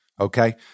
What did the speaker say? Okay